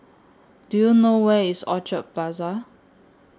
Do YOU know Where IS Orchard Plaza